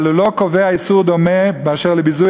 אבל הוא לא קובע איסור דומה באשר לביזוי